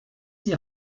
die